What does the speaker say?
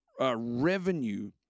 revenue